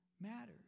matters